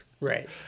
right